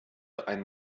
einen